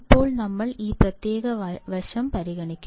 ഇപ്പോൾ ഞങ്ങൾ ഈ പ്രത്യേക വശം പരിഗണിക്കും